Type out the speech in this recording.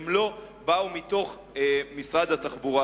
הם לא באו ממשרד התחבורה,